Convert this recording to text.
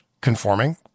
conforming